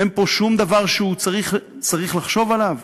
אין פה שום דבר שצריך לחשוב עליו?